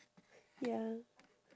ya